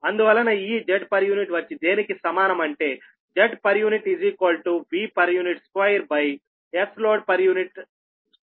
అందువలన ఈ Zpu వచ్చి దేనికి సమానం అంటే Zpu 2 Sloadpu